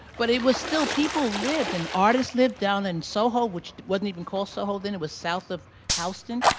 but it was still, people lived, and artists lived down in soho, which wasn't even called soho then. it was south of houston.